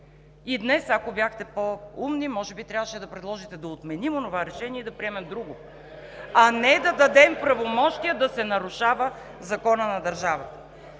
от ГЕРБ и ОП: „Еее!“), може би трябваше да предложите да отменим онова решение и да приемем друго, а не да дадем правомощия да се нарушава законът на държавата.